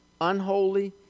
unholy